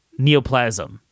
neoplasm